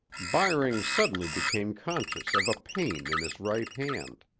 byring suddenly became conscious of a pain in his right hand.